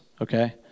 okay